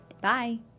Bye